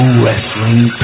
wrestling